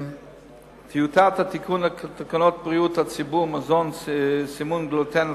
טיוטת התיקון לתקנות בריאות הציבור (מזון) (סימון גלוטן),